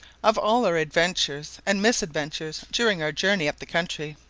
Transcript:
of all our adventures and misadventures during our journey up the country,